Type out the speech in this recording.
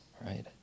right